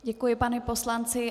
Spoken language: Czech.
Děkuji panu poslanci.